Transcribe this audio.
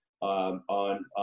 on